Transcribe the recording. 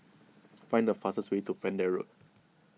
find the fastest way to Pender Road